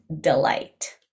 delight